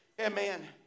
amen